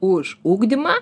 už ugdymą